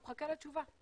הוא מחכה לתשובה,